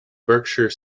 berkshire